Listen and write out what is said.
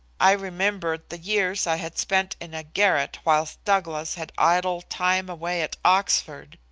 i remembered the years i had spent in a garret whilst douglas had idled time away at oxford,